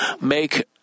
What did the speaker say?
make